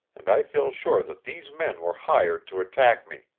and i feel sure that these men were hired to attack me.